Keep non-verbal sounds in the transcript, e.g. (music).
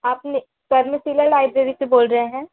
आपने (unintelligible) लाइब्रेरी से बोल रहे हैं